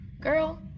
Girl